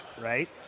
right